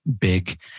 big